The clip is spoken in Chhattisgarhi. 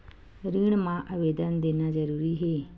ऋण मा आवेदन देना जरूरी हे?